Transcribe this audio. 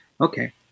okay